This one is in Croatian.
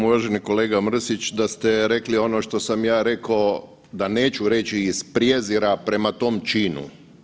Uvaženi kolega Mrsić da ste rekli ono što sam ja rekao da neću reći iz prijezira prema tom činu.